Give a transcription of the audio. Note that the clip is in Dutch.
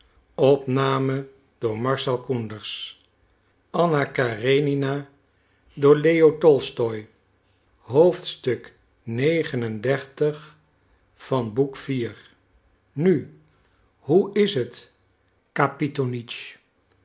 nu hoe staat het